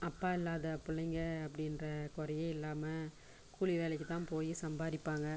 அப்பா இல்லாத பிள்ளைங்க அப்படின்ற குறையே இல்லாமல் கூலி வேலைக்கித் தான் போய் சம்பாரிப்பாங்க